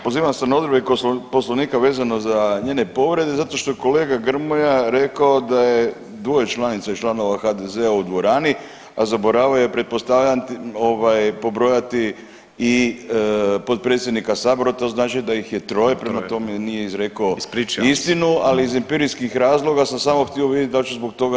Pa pozivam se na odredbe Poslovnika vezano za njene povrede zato što je kolega Grmoja rekao da je dvoje članica i članica HDZ-a u dvorani, a zaboravio je pretpostavljam ovaj pobrojati i potpredsjednika sabora, to znači da ih je troje prema tome nije izrekao [[Upadica: Troje, ispričavam se.]] istinu ali iz empirijskih razloga sam samo htio vidjeti da li ću zbog toga